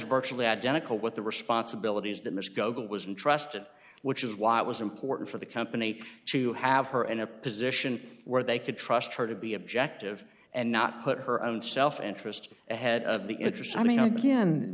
virtually identical with the responsibilities that miss gogel was intrusted which is why it was important for the company to have her in a position where they could trust her to be objective and not put her own self interest head of the interest i mean